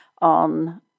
on